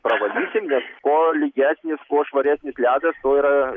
pravalysim nes kuo lygesnis kuo švaresnis ledas tuo yra